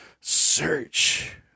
search